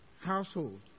household